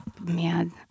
Man